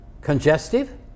congestive